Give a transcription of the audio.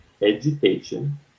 education